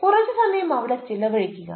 കുറച്ച് സമയം അവിടെ ചിലവഴിക്കുക